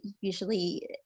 usually